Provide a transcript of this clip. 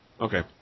Okay